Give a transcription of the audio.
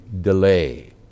delay